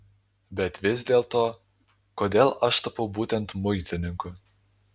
bet vis dėlto kodėl aš tapau būtent muitininku